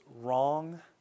wrong